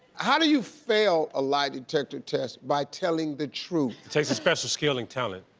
how do you fail a lie detector test by telling the truth? takes a special skill and talent.